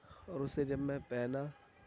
اور اسے جب میں پہنا